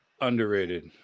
Underrated